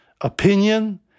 opinion